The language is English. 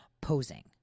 posing